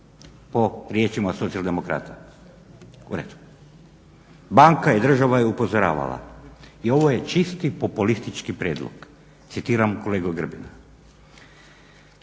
po riječima socijaldemokrata. U redu. Banka i država je upozoravala "i ovo je čisti populistički prijedlog" citiram kolegu Grbina.